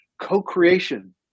Co-creation